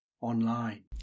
online